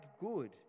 good